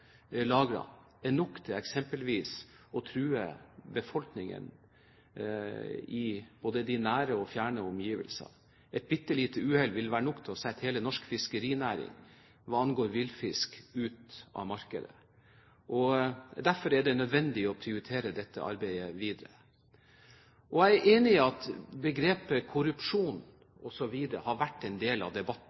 er eksempelvis nok til å true befolkningen i både nære og fjerne omgivelser. Et bitte lite uhell vil være nok til å sette hele den norske fiskerinæringen hva angår villfisk, ut av markedet. Derfor er det nødvendig å prioritere dette arbeidet videre. Jeg er enig i at begrepet korrupsjon har vært en del av debatten.